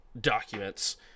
documents